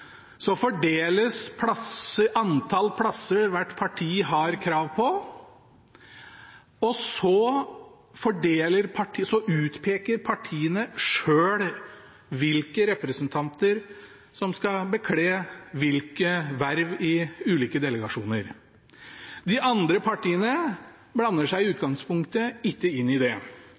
så utpeker partiene selv hvilke representanter som skal bekle hvilke verv i ulike delegasjoner. De andre partiene blander seg i utgangspunktet ikke inn i det.